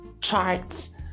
charts